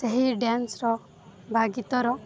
ସେହି ଡ଼୍ୟାନ୍ସର ବା ଗୀତର